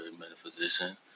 metaphysician